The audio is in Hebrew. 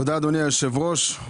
הרב גפני,